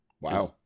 Wow